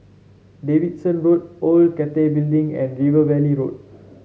Davidson Road Old Cathay Building and River Valley Road